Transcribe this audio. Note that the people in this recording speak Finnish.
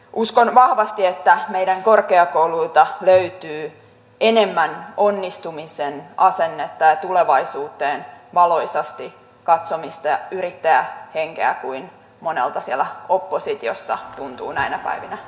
uskon vahvasti että meidän korkeakouluiltamme löytyy enemmän onnistumisen asennetta ja tulevaisuuteen valoisasti katsomista ja yrittäjähenkeä kuin monelta siellä oppositiossa tuntuu näinä päivinä löytyvän